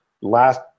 last